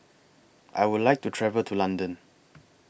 I Would like to travel to London